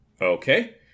Okay